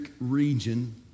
region